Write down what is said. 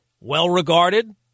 well-regarded